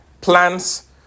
plans